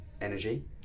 energy